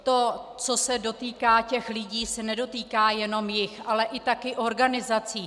To, co se dotýká těch lidí, se nedotýká jenom jich, ale taky organizací.